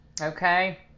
Okay